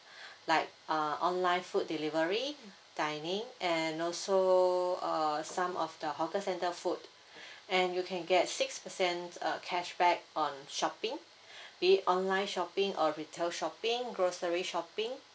like uh online food delivery dining and also err some of the hawker centre food and you can get six percent uh cashback on shopping be it online shopping or retail shopping grocery shopping